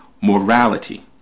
morality